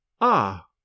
Ah